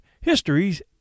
Histories